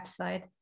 website